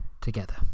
together